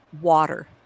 water